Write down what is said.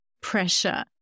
pressure